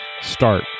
Start